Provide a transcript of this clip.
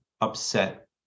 upset